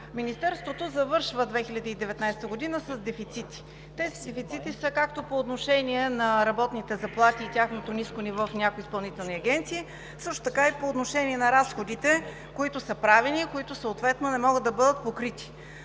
Министерството завършва 2019 г. с дефицити. Тези дефицити са както по отношение на работните заплати и тяхното ниско ниво в някои изпълнителни агенции, така и по отношение на разходите, които са правени, които съответно не могат да бъдат покрити.